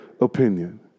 opinion